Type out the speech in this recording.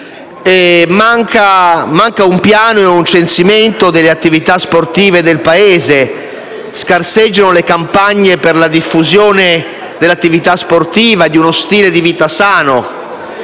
mancano un piano e un censimento delle attività sportive del Paese; scarseggiano le campagne per la diffusione dell'attività sportiva e di uno stile di vita sano,